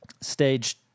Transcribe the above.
stage